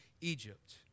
Egypt